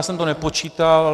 Já jsem to nepočítal.